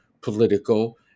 political